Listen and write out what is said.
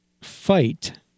Fight